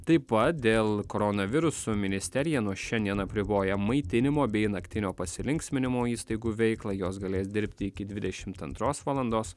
taip pat dėl koronaviruso ministerija nuo šiandien apriboja maitinimo bei naktinio pasilinksminimo įstaigų veiklą jos galės dirbti iki dvidešimt antros valandos